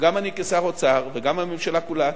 גם אני כשר האוצר וגם הממשלה כולה,